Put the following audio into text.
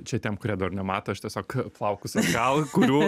čia tiem kurie dabar nemato aš tiesiog plaukus atgal kurių